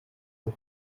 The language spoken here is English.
who